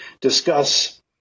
discuss